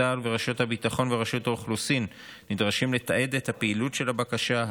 צה"ל ורשויות הביטחון ורשות האוכלוסין נדרשים לתעד את הפעילות של בקשה,